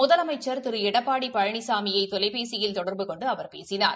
முதலமைச்சா் திரு எடப்பாடி பழனிசாமியை தொலைபேசியில் தொடர்பு கொண்டு அவர் பேசினார்